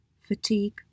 fatigue